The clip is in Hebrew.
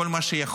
כל מה שיכולנו,